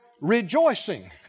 rejoicing